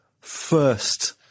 first